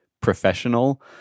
professional